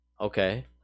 Okay